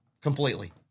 Completely